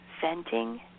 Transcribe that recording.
venting